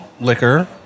liquor